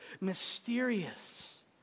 mysterious